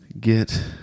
Get